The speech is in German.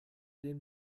den